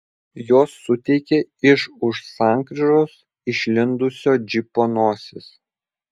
jos suteikė iš už sankryžos išlindusio džipo nosis